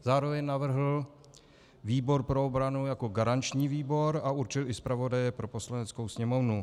Zároveň navrhl výbor pro obranu jako garanční výbor a určil i zpravodaje pro Poslaneckou sněmovnu.